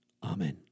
Amen